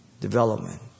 Development